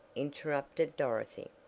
interrupted dorothy.